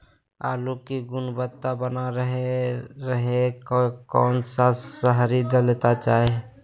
आलू की गुनबता बना रहे रहे कौन सा शहरी दलना चाये?